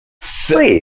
Sweet